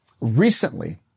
recently